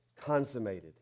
consummated